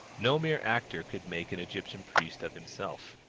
no mere actor could make an egyptian priest of himself.